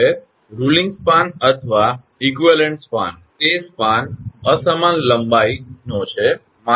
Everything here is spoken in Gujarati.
હવે રુલીંગ સ્પાન અથવા સમકક્ષ સ્પાન તે સ્પાન અસમાન લંબાઈનો છે